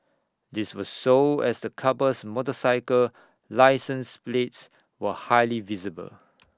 this was so as the couple's motorcycle license plates were highly visible